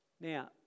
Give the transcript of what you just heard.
Now